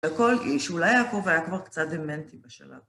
לכל איש, אולי יעקב היה כבר קצת דמנטי בשלב...